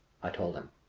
i told him.